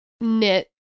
knit